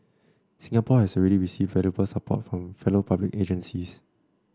Singapore has already received valuable support from fellow public agencies